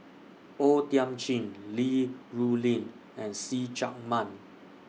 O Thiam Chin Li Rulin and See Chak Mun